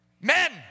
Men